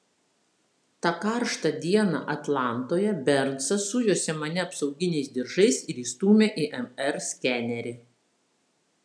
tą karštą dieną atlantoje bernsas sujuosė mane apsauginiais diržais ir įstūmė į mr skenerį